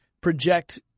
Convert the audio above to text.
project